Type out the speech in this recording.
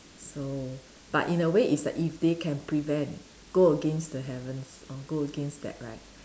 so but in a way is that if they can prevent go against the heavens or go against that right